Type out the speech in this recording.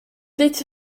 lytse